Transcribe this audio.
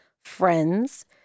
friends